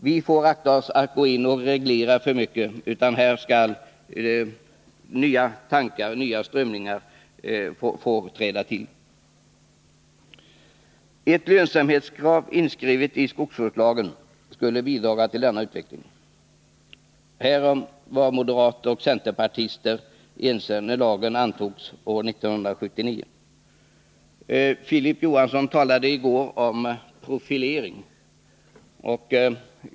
Vi får akta oss för att gå in och reglera för mycket, utan här skall nya tankar och nya strömningar träda till. Ett lönsamhetskrav inskrivet i skogsvårdslagen skulle bidra till denna utveckling. Härom var moderater och centerpartister ense när lagen antogs 1979. Filip Johansson talade i går om profilering.